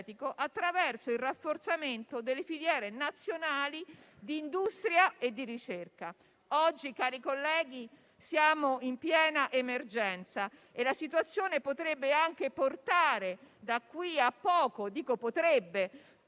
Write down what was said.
attraverso il rafforzamento delle filiere nazionali di industria e di ricerca. Oggi, cari colleghi, siamo in piena emergenza e la situazione potrebbe anche portarci da qui a poco - dico potrebbe